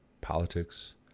politics